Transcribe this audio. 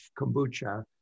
kombucha